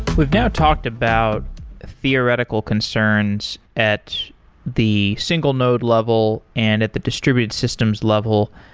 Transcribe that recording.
we've now talked about theoretical concerns at the single node level and at the distributed systems level,